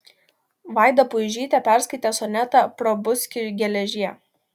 vaida puižytė perskaitė sonetą prabuski geležie